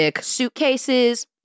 suitcases